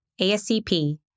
ASCP